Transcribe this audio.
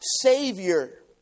Savior